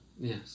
Yes